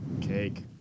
Cake